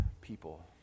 people